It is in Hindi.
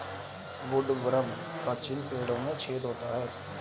वुडवर्म का चिन्ह पेड़ों में छेद होता है